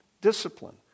Discipline